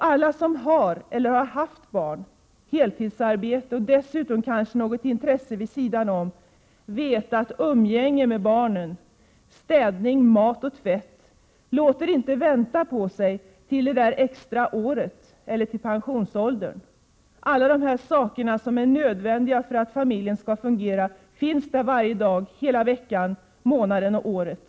Alla som har-— eller har haft — barn, heltidsarbete och kanske något intresse vid sidan om vet att umgänget med barnen, städning, mat och tvätt inte låter vänta på sig tills det där friåret infaller eller till pensionsåldern. Alla dessa saker, som är nödvändiga för att familjen skall fungera, finns där varje dag hela veckan, ja, varje månad hela året.